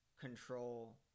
control